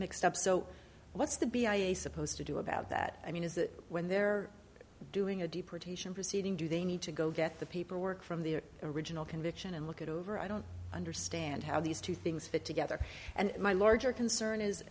mixed up so what's the b i supposed to do about that i mean is that when they're doing a deportation proceeding do they need to go get the paperwork from the original conviction and look it over i don't understand how these two things fit together and my larger concern is